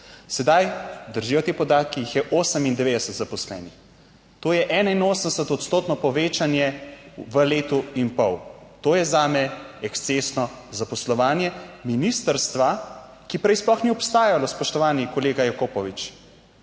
Sedaj držijo ti podatki, jih je 98 zaposlenih, to je 81 odstotno povečanje v letu in pol. To je zame ekscesno zaposlovanje ministrstva, ki prej sploh ni obstajalo, spoštovani kolega Jakopovič.